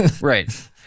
Right